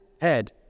head